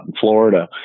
Florida